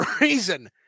reason